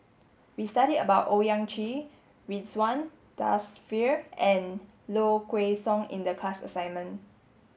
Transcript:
we studied about Owyang Chi Ridzwan Dzafir and Low Kway Song in the class assignment